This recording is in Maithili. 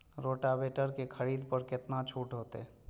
रोटावेटर के खरीद पर केतना छूट होते?